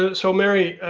ah so mary,